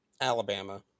Alabama